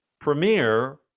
premiere